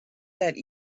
that